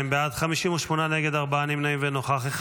52 בעד, 58 נגד, ארבעה נמנעים ונוכח אחד.